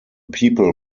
people